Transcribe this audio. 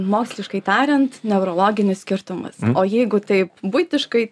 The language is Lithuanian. moksliškai tariant neurologinis skirtumas o jeigu taip buitiškai